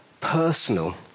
personal